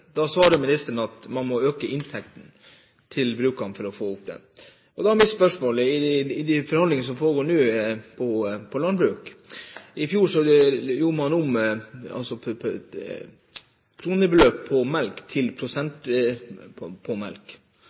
Da svarte ministeren at man må øke inntektene til brukene. Da er mitt spørsmål når det gjelder de forhandlingene som nå pågår i landbruket: I fjor gjorde man altså om kronebeløpet på melk til prosenttoll på melk.